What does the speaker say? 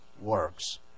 works